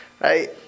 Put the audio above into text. right